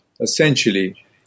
essentially